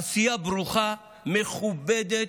עשייה ברוכה, מכובדת,